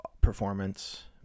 performance